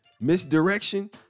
Misdirection